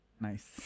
nice